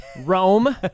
Rome